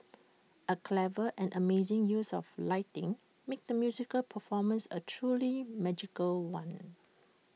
A clever and amazing use of lighting made the musical performance A truly magical one